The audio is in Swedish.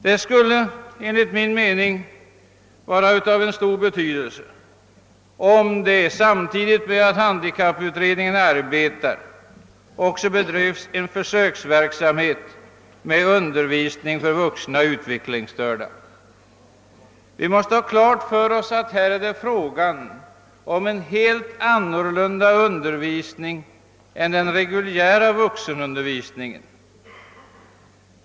Det skulle enligt min mening ha stor betydelse om man samtidigt som handikapputredningen arbetar också bedrev en försöksverksamhet med undervisning för vuxna utvecklingsstörda. Vi måste ha klart för oss att det här är fråga om en helt annorlunda beskaffad undervisning än den reguljära vuxenundervisningen.